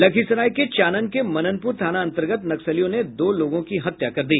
लखीसराय के चानन के मननपुर थाना अंतर्गत नक्सलियों ने दो लोगों की हत्या कर दी